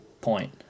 point